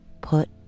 put